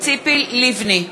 ציפי לבני,